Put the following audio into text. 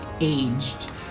aged